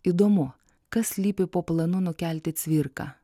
įdomu kas slypi po planu nukelti cvirką